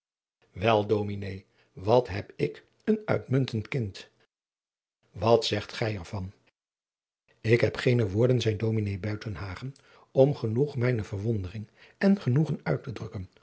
wel dominé wat heb ik een uitmuntend kind wat zegt gij er van ik heb gene woorden zeide ds buitenhagen om genoeg mijne verwondering en genoegen uit te drukken